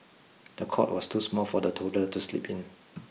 the cot was too small for the toddler to sleep in